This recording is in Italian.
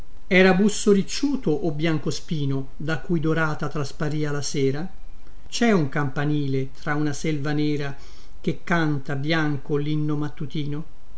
era busso ricciuto o biancospino da cui dorata trasparia la sera cè un campanile tra una selva nera che canta bianco linno mattutino